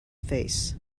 face